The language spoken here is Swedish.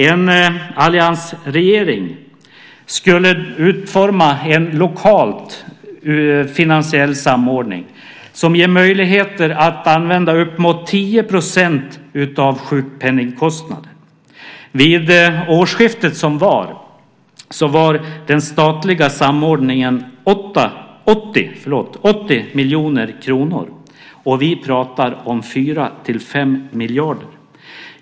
En alliansregering skulle utforma en lokal finansiell samordning, som ger möjligheter att använda uppemot 10 % av sjukpenningkostnaden. Vid förra årsskiftet var den statliga samordningen 80 miljoner kronor, och vi pratar om 4-5 miljarder.